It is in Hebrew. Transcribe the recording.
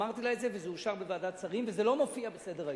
אמרתי לה את זה: זה אושר בוועדת השרים וזה לא מופיע בסדר-היום.